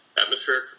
atmospheric